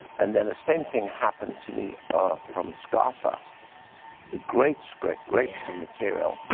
and then, the same thing happened to me from scarpa. a great script, great material.